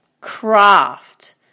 craft